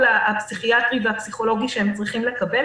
הפסיכיאטרי והפסיכולוגי שהם צריכים לקבל,